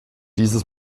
dieses